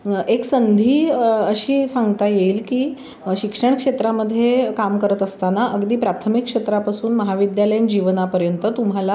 एक संधी अशी सांगता येईल की शिक्षण क्षेत्रामध्ये काम करत असताना अगदी प्राथमिक क्षेत्रापासून महाविद्यालयीन जीवनापर्यंत तुम्हाला